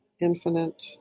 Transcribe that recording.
infinite